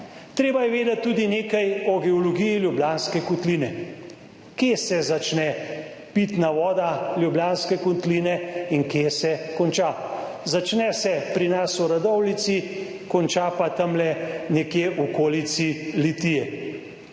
Treba je vedeti tudi nekaj o geologiji Ljubljanske kotline. Kje se začne pitna voda Ljubljanske kotline in kje se konča. Začne se pri nas v Radovljici, konča pa tamle nekje v okolici Litije.